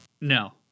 No